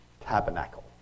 tabernacle